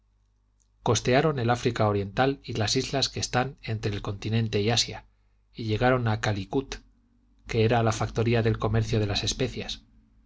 costearon el áfrica oriental y las islas que están entre este continente y asia y llegaron a calicut que era la factoría del comercio de las especias